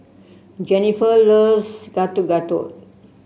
Jenifer loves Getuk Getuk